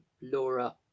Laura